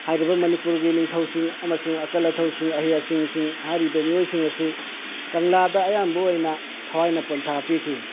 ꯍꯥꯏꯔꯤꯕ ꯃꯅꯤꯄꯨꯔꯒꯤ ꯅꯤꯡꯊꯧꯁꯤꯡ ꯑꯃꯁꯨꯡ ꯑꯀꯜ ꯑꯊꯧꯁꯤꯡ ꯑꯍꯩꯁꯤꯡ ꯍꯥꯏꯔꯤꯕ ꯃꯤꯑꯣꯏꯁꯤꯡ ꯑꯁꯤ ꯀꯪꯂꯥꯗ ꯑꯌꯥꯝꯕ ꯑꯣꯏꯅ ꯊꯋꯥꯏꯅ ꯄꯣꯟꯊꯥ ꯄꯤꯈꯤ